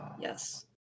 Yes